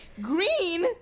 Green